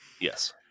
Yes